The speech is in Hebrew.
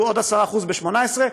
העלו עוד 10% ב-2018,